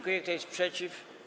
Kto jest przeciw?